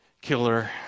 killer